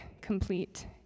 complete